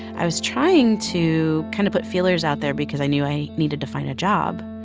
i was trying to kind of put feelers out there because i knew i needed to find a job.